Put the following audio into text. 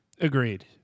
agreed